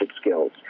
skills